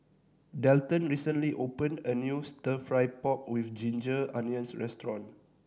Delton recently opened a new Stir Fry pork with ginger onions restaurant